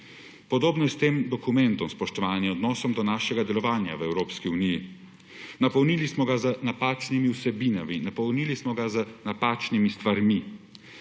Podobno je s tem dokumentom, spoštovani, odnosom do našega delovanja v Evropski uniji. Napolnili smo ga z napačnimi vsebinami, napolnili smo ga z napačnimi stvarmi,